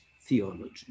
theology